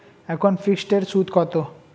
এখন ফিকসড এর সুদ কত?